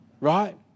Right